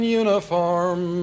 uniform